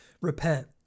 repent